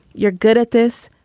you're good at this.